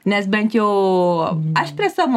nes bent jau aš prie savo